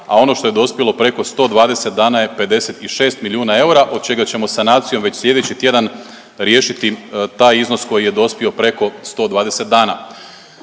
a ono što je dospjelo preko 120 dana je 56 milijuna eura, od čega ćemo sanacijom već slijedeći tjedan, riješiti taj iznos koji je dospio preko 120 dana.